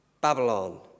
Babylon